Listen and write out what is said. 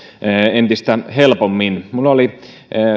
entistä helpommin minulla oli